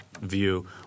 view